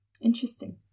Interesting